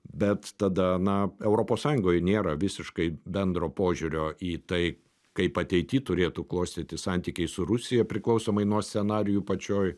bet tada na europos sąjungoj nėra visiškai bendro požiūrio į tai kaip ateity turėtų klostytis santykiai su rusija priklausomai nuo scenarijų pačioj